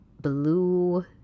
blue